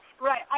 Right